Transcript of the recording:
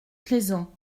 plaisant